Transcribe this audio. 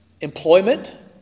employment